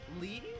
leave